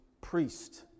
priest